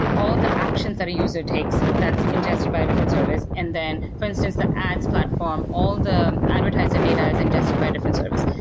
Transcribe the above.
all the actions that a user takes, that's ingested by a different service, and then for instance the ads platform, all the advertisement data is ingested by a different service.